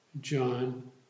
John